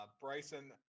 Bryson